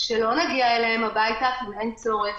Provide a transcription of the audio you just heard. שלא נגיע אליהם הביתה אם אין צורך.